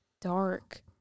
dark